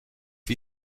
wie